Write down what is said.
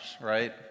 right